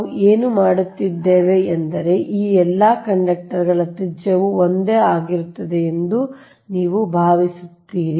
ನಾವು ಏನು ಮಾಡುತ್ತಿದ್ದೇವೆ ಎಂದರೆ ಈ ಎಲ್ಲಾ ಕಂಡಕ್ಟರ್ ಗಳ ತ್ರಿಜ್ಯವು ಒಂದೇ ಆಗಿರುತ್ತದೆ ಎಂದು ನೀವು ಭಾವಿಸುತ್ತೀರಿ